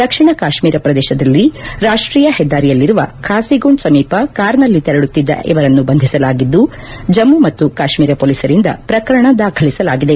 ದಕ್ಷಿಣ ಕಾಶ್ಮೀರ ಪ್ರದೇಶದಲ್ಲಿ ರಾಷ್ಟೀಯ ಹೆದ್ದಾರಿಯಲ್ಲಿರುವ ಖಾಸಿಗುಂಡ್ ಸಮೀಪ ಕಾರ್ನಲ್ಲಿ ತೆರಳುತ್ತಿದ್ದ ಇವರನ್ನು ಬಂಧಿಸಲಾಗಿದ್ಲು ಜಮ್ಮು ಮತ್ತು ಕಾಶ್ಟೀರ ಪೊಲೀಸರಿಂದ ಪ್ರಕರಣ ದಾಖಲಿಸಲಾಗಿದೆ